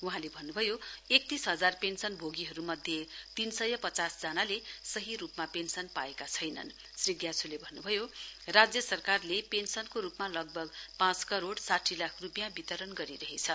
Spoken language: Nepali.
वहाँले भन्नुभयो एकतीस हजार पेन्शन ओगीहरु मध्ये तीन सय पचास जनाले सही ढंगमा पेन्शन पाएका छैनन् श्री ग्याछोले भन्नुभयो राज्य सरकारले पेन्सनको रुपमा लगभग पाँच करोइ साठी लाख रुपियाँ वितरण गरिरहेछ